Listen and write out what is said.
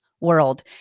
world